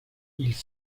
ils